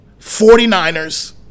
49ers